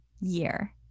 year